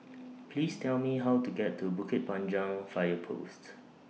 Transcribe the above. Please Tell Me How to get to Bukit Panjang Fire Post